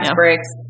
breaks